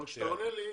אבל כשאתה עונה לי,